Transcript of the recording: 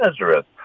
Nazareth